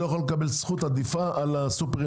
לא יכול לקבל זכות עדיפה על הסופרים